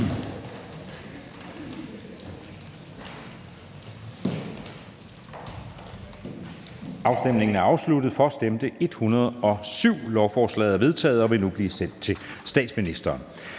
hverken for eller imod stemte 0. Lovforslaget er vedtaget og vil blive sendt til statsministeren.